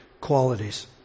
qualities